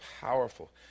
powerful